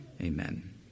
Amen